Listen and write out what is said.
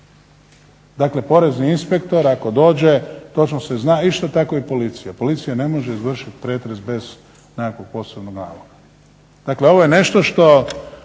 Dakle, porezni inspektor ako dođe točno se zna, isto tako i policija. Policija ne može izvršiti pretres bez nekakvog posebnog naloga. Dakle, ovo je nešto što